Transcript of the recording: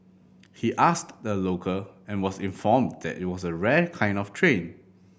he asked the local and was informed that it was a rare kind of train